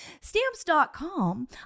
Stamps.com